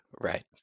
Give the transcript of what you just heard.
Right